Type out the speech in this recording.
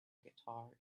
guitar